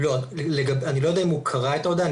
אני לא יודע אם הוא קרא את ההודעה,